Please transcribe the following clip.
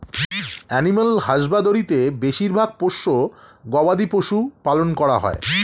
animal husbandry তে বেশিরভাগ পোষ্য গবাদি পশু পালন করা হয়